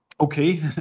okay